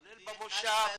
כולל במושב,